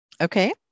Okay